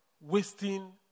wasting